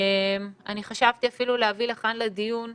חשבתי להביא לכאן לדיון חולים.